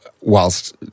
whilst